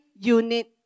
unit